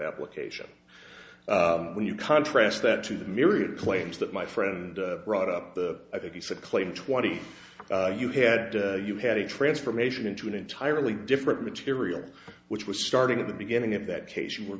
application when you contrast that to the myriad claims that my friend brought up the i think he said claimed twenty you had you had a transformation into an entirely different material which was starting at the beginning of that case you were